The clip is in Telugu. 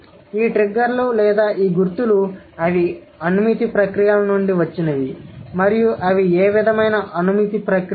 కాబట్టి ఈ ట్రిగ్గర్లు లేదా గుర్తులు అవి అనుమితి ప్రక్రియల నుండి వచ్చినవి మరియు అవి ఏ విధమైన అనుమితి ప్రక్రియలు